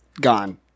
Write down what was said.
gone